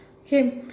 Okay